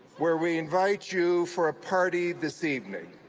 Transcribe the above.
where we invite you for a party this evening.